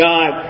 God